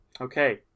Okay